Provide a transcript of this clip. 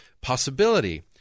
possibility